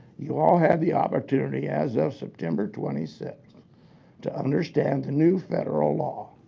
you all had the opportunity as of september twenty sixth to understand the new federal law.